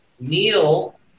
Neil